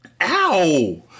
Ow